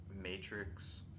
matrix